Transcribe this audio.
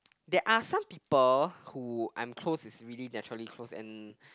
there are some people who I'm close is really naturally close and